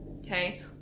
okay